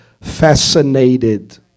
fascinated